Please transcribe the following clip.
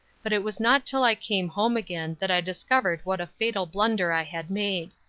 but it was not till i came home again that i discovered what a fatal blunder i had made.